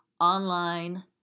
online